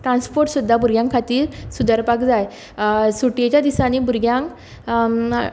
transport सुद्दां भुरग्यां खातीर सुदरपाक जाय सुटयेच्या दिसांनी भुरग्यांक